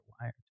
wired